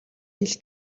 хэлэх